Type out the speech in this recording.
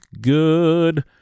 good